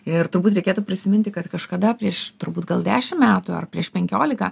ir turbūt reikėtų prisiminti kad kažkada prieš turbūt gal dešim metų ar prieš penkiolika